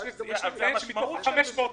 יש 500 חולים.